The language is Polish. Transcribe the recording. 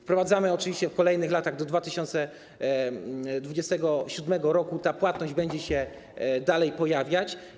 Wprowadzamy to oczywiście w kolejnych latach, do 2027 r. ta płatność będzie się dalej pojawiać.